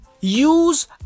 Use